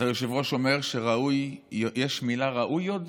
אז היושב-ראש אומר שראוי, יש מילה "ראוי" עוד?